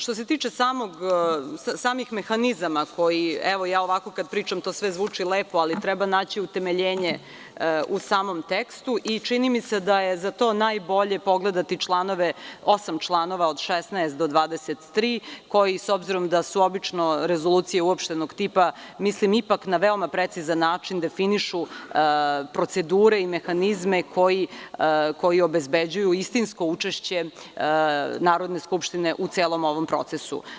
Što se tiče samih mehanizama za koje, ja ovako dok pričam to zvuči lepo, ali, treba naći utemeljenje u samom tekstu i čini mi se da je za to najbolje pogledati osam članova, od 16. do 23, koji s obzirom da su rezolucije obično uopštenog tipa, mislim da ipak na veoma precizan način definišu procedure i mehanizme koji obezbeđuju istinsko učešće Narodne skupštine u celom ovom procesu.